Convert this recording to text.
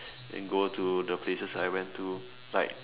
and go to the places that I went to like